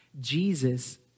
Jesus